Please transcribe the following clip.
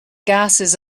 gases